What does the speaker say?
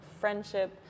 friendship